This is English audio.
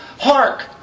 hark